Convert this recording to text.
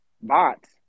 bots